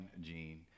gene